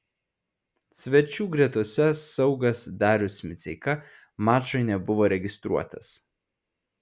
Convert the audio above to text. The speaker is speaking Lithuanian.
svečių gretose saugas darius miceika mačui nebuvo registruotas